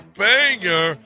banger